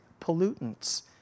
pollutants